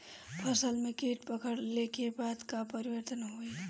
फसल में कीट पकड़ ले के बाद का परिवर्तन होई?